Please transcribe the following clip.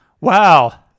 wow